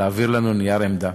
להעביר לנו נייר עמדה,